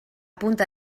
punta